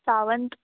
Sawant